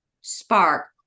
spark